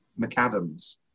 McAdams